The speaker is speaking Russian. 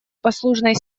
послужной